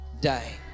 die